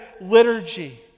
liturgy